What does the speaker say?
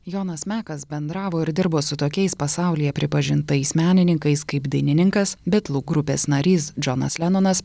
jonas mekas bendravo ir dirbo su tokiais pasaulyje pripažintais menininkais kaip dainininkas bitlų grupės narys džonas lenonas